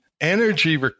energy